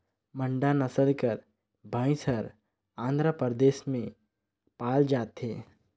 मांडा नसल कर भंइस हर आंध्र परदेस में पाल जाथे